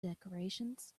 decorations